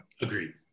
Agreed